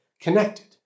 connected